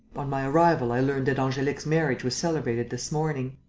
on my arrival. i learnt that angelique's marriage was celebrated this morning.